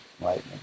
lightning